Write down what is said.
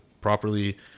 properly